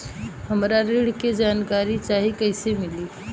हमरा ऋण के जानकारी चाही कइसे मिली?